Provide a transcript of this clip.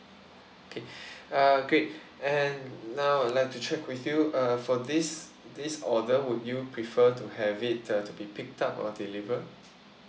okay uh great and now I would like to check with you uh for this this order would you prefer to have it uh to be picked up or delivered